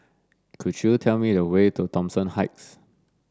could you tell me the way to Thomson Heights